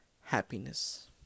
happiness